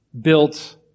built